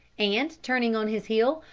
and, turning on his heel,